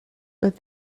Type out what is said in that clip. but